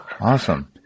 awesome